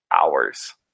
hours